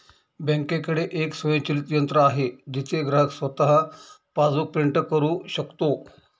बँकेकडे एक स्वयंचलित यंत्र आहे जिथे ग्राहक स्वतः पासबुक प्रिंट करू शकतो